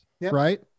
right